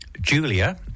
Julia